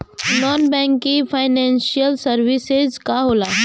Non banking financial services का होला?